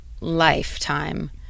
lifetime